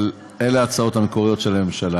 אבל אלה ההצעות המקוריות של הממשלה.